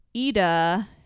Ida